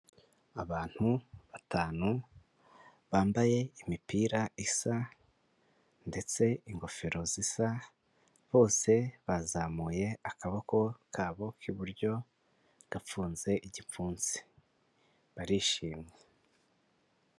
Abantu batanu, bambaye imipira isa ndetse ingofero zisa, bose bazamuye akaboko kabo k'iburyo gafunze igipfunsi, barishimye.